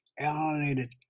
alienated